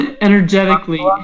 energetically